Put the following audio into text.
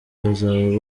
bazaba